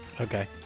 Okay